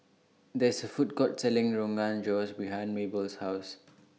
There IS A Food Court Selling Rogan Josh behind Mable's House